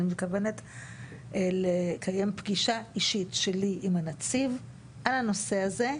אני מתכוונת לקיים פגישה אישית שלי עם הנציג על הנושא הזה,